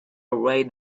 away